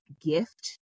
gift